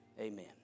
Amen